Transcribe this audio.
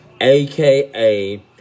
aka